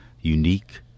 unique